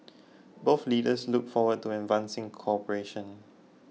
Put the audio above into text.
both leaders look forward to advancing cooperation